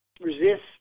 resist